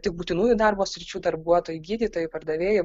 tik būtinųjų darbo sričių darbuotojai gydytojai pardavėjai